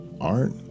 art